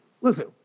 listen